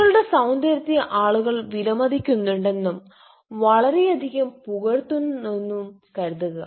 നിങ്ങളുടെ സൌന്ദര്യത്തെ ആളുകൾ വിലമതിക്കുന്നുവെന്നും വളരെയധികം പുകഴ്ത്തുന്നുവെന്നും കരുതുക